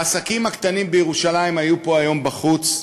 העסקים הקטנים בירושלים היו פה היום בחוץ,